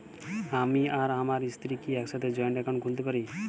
আমি আর আমার স্ত্রী কি একসাথে জয়েন্ট অ্যাকাউন্ট খুলতে পারি?